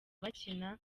bakina